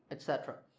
etc.